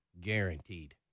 guaranteed